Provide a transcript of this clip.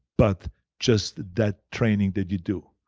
but just that training that you do.